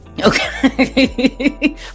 okay